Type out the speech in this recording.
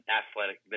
athletic